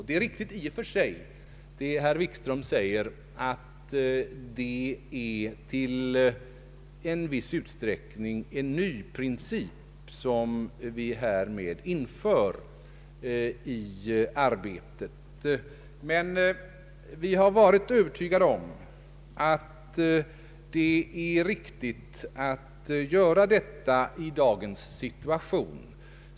Det är i och för sig riktigt som herr Wikström säger att det i viss utsträckning är en ny princip som vi härmed inför i arbetet, men vi har varit övertygade om att det är riktigt att göra detta i dagens situation.